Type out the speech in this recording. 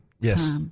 Yes